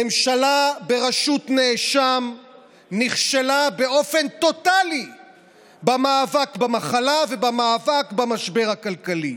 ממשלה בראשות נאשם נכשלה באופן טוטלי במאבק במחלה ובמאבק במשבר הכלכלי.